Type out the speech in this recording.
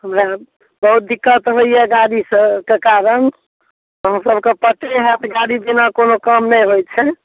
हमरा बहुत दिक्कत होइया गाड़ी सँ ओहिके कारण अहाँ सबके पते होयत गाड़ी बिना कोनो काम नहि होइ छै